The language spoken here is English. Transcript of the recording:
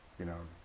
you know,